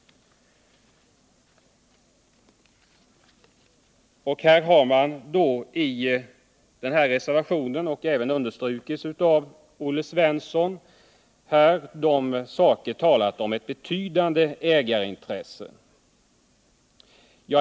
Det har i reservationen — och det har även understrukits av Olle Svensson - talats om ett betydande ägarintresse.